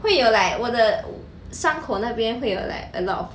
会有 like 我的伤口那边会有 like a lot of